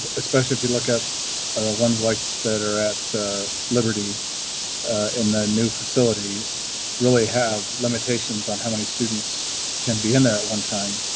especially if you look at ones like that are at liberty and the new facility really have limitations on how many students can be in there at one time,